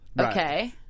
Okay